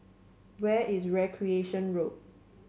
where is Recreation Road